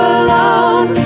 alone